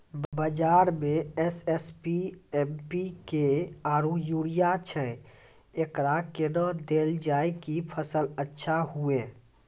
बाजार मे SSP, MPK आरु यूरिया छैय, एकरा कैना देलल जाय कि फसल अच्छा हुये?